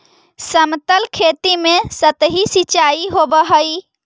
समतल खेत में सतही सिंचाई होवऽ हइ